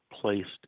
placed